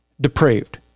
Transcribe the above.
depraved